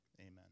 Amen